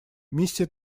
миссия